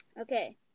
Okay